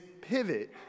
pivot